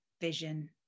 vision